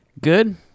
Good